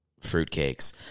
fruitcakes